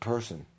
Person